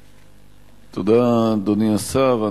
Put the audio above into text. תודה, אדוני השר.